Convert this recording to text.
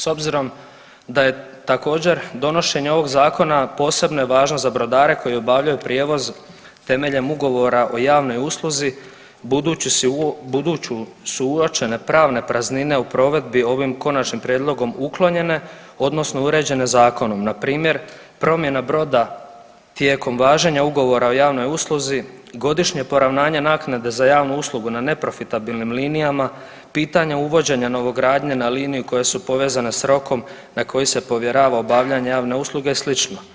S obzirom da je također donošenje ovog zakona od posebne važnosti za brodare koji obavljaju prijevoz temeljem ugovora o javnoj usluzi budući su uočene pravne praznine u provedbi ovim konačnim prijedlogom uklonjene odnosno uređene zakonom npr. promjena broda tijekom važenja ugovora o javnoj usluzi, godišnje poravnanje naknade za javnu uslugu na neprofitabilnim linijama, pitanje uvođenja novogradnje na liniji koje su povezane s rokom na koji se povjerava obavljanje javne usluge i slično.